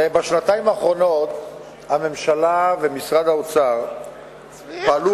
בשנתיים האחרונות הממשלה ומשרד האוצר פעלו